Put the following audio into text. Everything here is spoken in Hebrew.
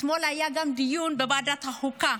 אתמול היה גם דיון בוועדת החוקה.